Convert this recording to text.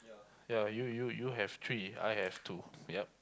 ya you you you have three I have two